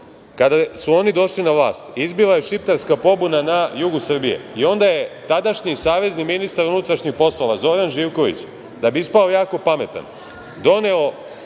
kada su oni došli na vlast izbila je šiptarska pobuna na jugu Srbije i onda je tadašnji savezni ministar unutrašnjih poslova Zoran Živković, da bi ispao jako pametan, doneo